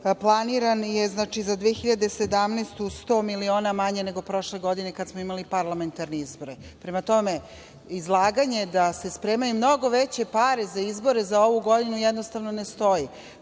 Planiran je za 2017. godinu 100 miliona manje nego prošle godine kada smo imali parlamentarne izbore. Prema tome, izlaganje da se spremaju mnogo veće pare za izbore za ovu godinu jednostavno ne stoji.